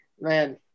man